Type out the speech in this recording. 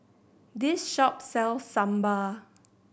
this shop sells Sambar